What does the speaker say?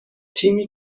تیمی